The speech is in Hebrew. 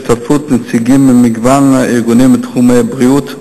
בהשתתפות נציגים ממגוון ארגונים ותחומי בריאות,